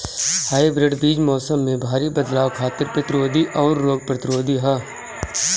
hybrid बीज मौसम में भारी बदलाव खातिर प्रतिरोधी आउर रोग प्रतिरोधी ह